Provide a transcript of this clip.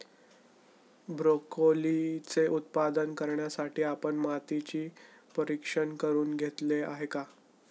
ब्रोकोलीचे उत्पादन करण्यासाठी आपण माती परीक्षण करुन घेतले आहे का?